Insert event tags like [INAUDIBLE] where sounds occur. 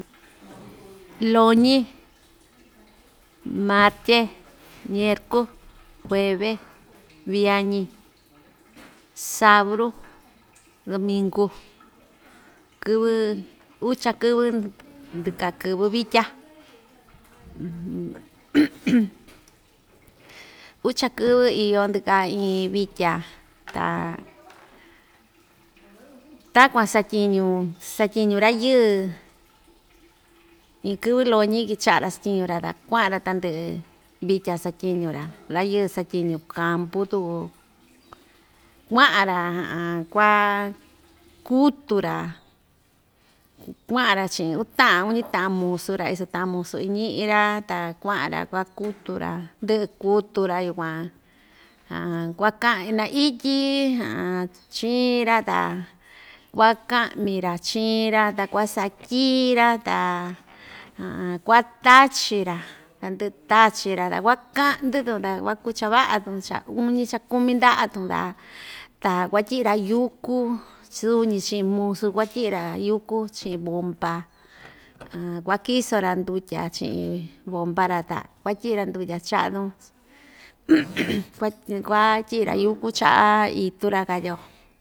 [NOISE] loñi, martye, ñerku, jueve, viañi, sabru, [NOISE] dominku kɨvɨ ucha kɨvɨ ndɨkaa kɨvɨ vitya [NOISE] ucha kɨvɨ iyo ndɨka iin vitya [NOISE] ta takuan satyiñu satyiñu ra‑yɨɨ iin kɨvɨ loñi kicha'a‑ra styiñu‑ra ta kua'an‑ra tandɨ'ɨ vitya satyiñu‑ra ra‑yɨɨ satyiñu kampu tuku kua'an‑ra [HESITATION] kuaa kutu‑ra kua'an‑ra chi'in uu ta'an uñi ta'an musu‑ra iso ta'an musu‑ra iñi'i‑ra ta kua'an‑ra kuakutu‑ra ndɨ'ɨ kutu‑ra yukuan [HESITATION] kuaka'in na‑ityi [HESITATION] chiin‑ra ta kuaka'mi‑ra chiin‑ra ta kuasatyi‑ra ta [HESITATION] kuatachin‑ra na‑ndɨ'ɨ tachi‑ra ta kuaka'ndɨ‑tun ta kua‑kuu chava'atun cha uñi cha kumi nda'atun ta ta kuatyi'i‑ra yúku suñi chi'in musu kuatyi'i‑ra yúku chi'in bompa [HESITATION] kuakiso‑ra ndutya chi'in bomba‑ra ta kuatyi'i‑ra ndutya cha'atun [NOISE] kuaty kuatyi'i‑ra yúku cha'a itu‑ra katyio.